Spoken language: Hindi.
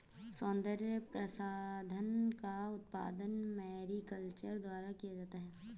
सौन्दर्य प्रसाधन का उत्पादन मैरीकल्चर द्वारा किया जाता है